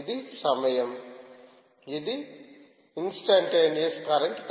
ఇది సమయం ఇది ఇన్స్టంట్టెనియస్ కరెంట్